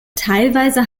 teilweise